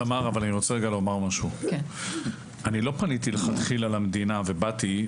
תמר, אני לא פניתי לכתחילה למדינה ואמרתי: